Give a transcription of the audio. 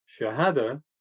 shahada